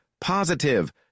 positive